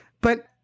But-